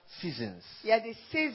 seasons